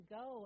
go